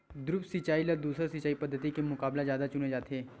द्रप्स सिंचाई ला दूसर सिंचाई पद्धिति के मुकाबला जादा चुने जाथे